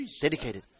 dedicated